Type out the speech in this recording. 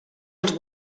als